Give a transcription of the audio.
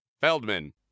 feldman